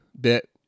bit